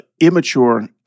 immature